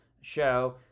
show